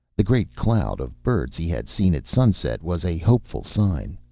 the great cloud of birds he had seen at sunset was a hopeful sign.